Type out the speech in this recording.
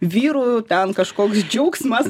vyrų ten kažkoks džiaugsmas